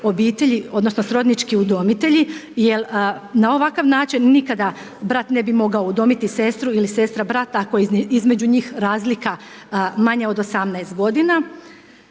odnosno srodnički udomitelji. Jer na ovakav način nikada brat ne bi mogao udomiti sestru ili sestra brata ako je između njih razlika manja od 18 godina.